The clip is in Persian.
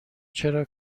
چرا